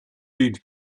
need